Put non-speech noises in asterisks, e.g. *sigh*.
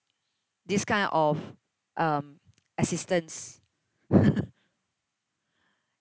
this kind of um assistance *laughs*